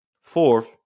fourth